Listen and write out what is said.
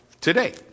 today